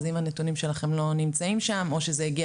אז אם הנתונים שלכם לא נמצאים שם או שזה הגיע